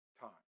time